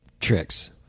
tricks